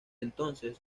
entonces